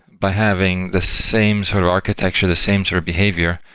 by having the same sort of architecture, the same sort of behavior,